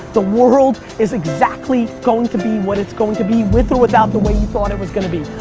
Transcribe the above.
the world is exactly going to be what it's going to be with or without the way you thought it was gonna be.